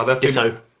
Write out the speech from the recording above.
Ditto